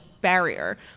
barrier